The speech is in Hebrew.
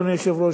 אדוני היושב-ראש,